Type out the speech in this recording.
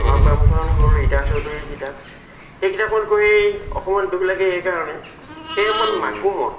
মাকামখন হ'ল ৰীতা চৌধুৰীৰ কিতাপ সেই কিতাপখন কৈ অকণমান দুখ লাগে এইকাৰণে সেই সময়ত মাকুমত